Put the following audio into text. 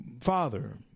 father